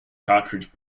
cartridge